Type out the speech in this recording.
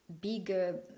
bigger